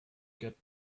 get